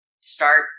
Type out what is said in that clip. start –